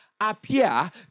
Appear